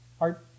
art